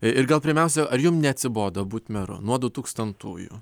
ir gal pirmiausia ar jums neatsibodo būti meru nuo du tūkstantųjų